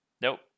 nope